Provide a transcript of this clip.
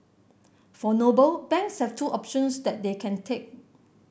for Noble banks have two options that they can take